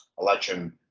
election